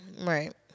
right